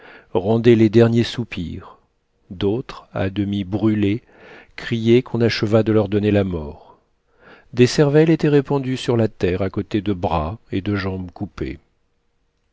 rendaient les derniers soupirs d'autres à demi brûlées criaient qu'on achevât de leur donner la mort des cervelles étaient répandues sur la terre à côté de bras et de jambes coupés